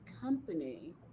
company